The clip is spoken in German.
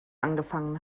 angefangen